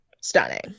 stunning